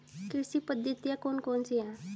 कृषि पद्धतियाँ कौन कौन सी हैं?